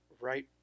right